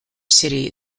city